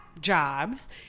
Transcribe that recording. jobs